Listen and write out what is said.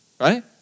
right